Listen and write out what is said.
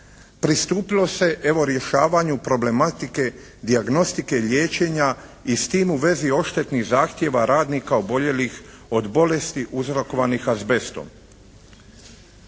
pristupilo se evo rješavanju problematike dijagnostike liječenja i s tim u vezi odštetnih zahtjeva radnika oboljelih od bolesti uzrokovanih azbestom.